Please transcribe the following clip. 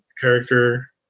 character